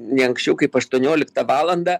ne anksčiau kaip aštuonioliktą valandą